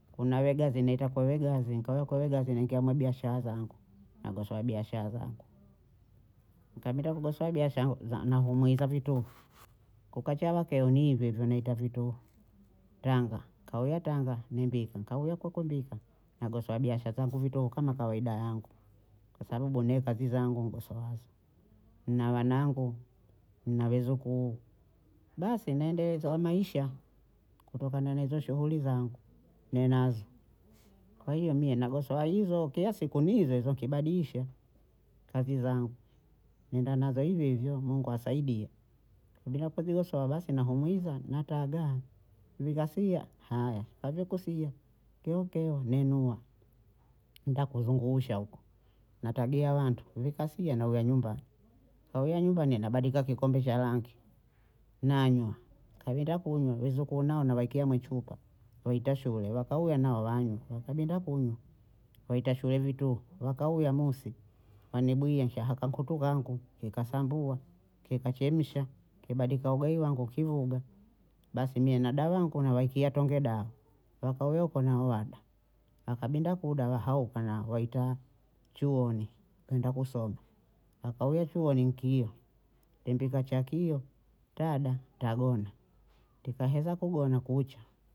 Kuna huyo gavi naita kwa huyo gavi nkawiya kwa huyo gavi naingia mwe biashara zangu nagosowa biashara zangu, nikabinda kugosowa biashaya za nahumwiza vituhu kukicha wakeo ni hivyo hivyo naita vituhu tanga, kauya tanga nimbika kauya kukumbika nagosowa biashaya zangu vituhu kama kawaida yangu kwa sababu ne kazi zangu nigosoazo, nna wanangu, nna vizukuu, basi naendeleza aho Maisha kutokana na hizo shughuli zangu nnazo, kwa hiyo mie nagosowa hizo kiya siku ni hizo hizo nkibadiyisha kazi zangu, naenda nazo hivyohivyo Mungu asaidia, nkabinda kuzigosowa basi nahumwiza nataga, zikafia haya hazikufia keokeo nainua naenda kuzunguusha huko, na tabia wantu zikasia nauya nyumbani, kauya nyumbani nabadika kikombe cha rangi nanywa, nkabinda kunywa wezukuu nao nawaekea mwichupa waita shule wakauya nao wanywa, wakabinda kunywa waita shule vituhu, wakauya musi wanibwiye nshahaka kutu kangu kikasambua, kikachemsha, kibandika ugayi wangu, kivuuga, basi mie nada wangu nawaekea tonge dao wakauya huko na wao wada, wakabinda kuda wahauka na waita chuoni kweda kusoma, wakauya chuoni nkio, tempika cha kio tada tagona, tikaheza kugona kucha